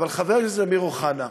אבל חבר הכנסת אמיר אוחנה,